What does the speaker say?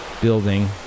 building